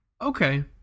Okay